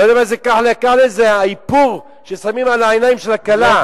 כחלה זה האיפור ששמים על העיניים של הכלה.